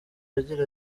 agira